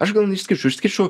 aš gal neišskirčiau išskirčiau